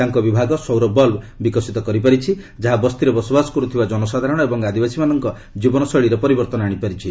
ତାଙ୍କ ବିଭାଗ ସୌର ବଲବ୍ ବିକଶିତ କରିପାରିଛି ଯାହା ବସ୍ତିରେ ବସବାସ କରୁଥିବା ଜନସାଧାରଣ ଏବଂ ଆଦିବାସୀମାନଙ୍କ ଜୀବନ ଶୈଳୀରେ ପରିବର୍ତ୍ତନ ଆଶିପାରିଛି